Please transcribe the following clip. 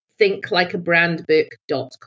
thinklikeabrandbook.com